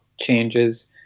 changes